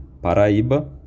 Paraíba